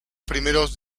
primeros